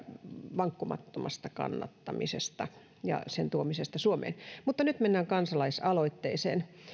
vankkumattomasta kannattamisesta ja sen tuomisesta suomeen mutta nyt mennään kansalaisaloitteeseen